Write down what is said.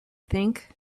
think